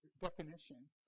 definition